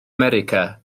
america